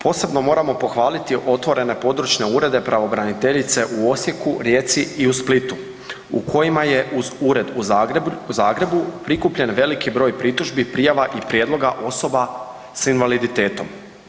Posebno moramo pohvaliti otvorene područne urede pravobraniteljice u Osijeku, Rijeci i u Splitu u kojima je uz ured u Zagrebu prikupljen veliki broj pritužbi, prijava i prijedloga osoba s invaliditetom.